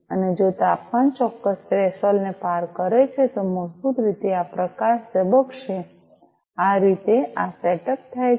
અને જો તાપમાન ચોક્કસ થ્રેશોલ્ડ ને પાર કરે છે તો મૂળભૂત રીતે આ પ્રકાશ ઝબકશે આ રીતે આ સેટઅપ થાય છે